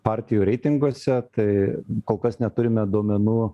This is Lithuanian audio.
partijų reitinguose tai kol kas neturime duomenų